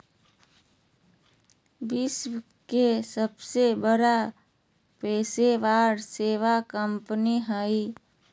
विश्व के सबसे बड़ा पेशेवर सेवा कंपनी हइ